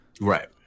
Right